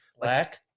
black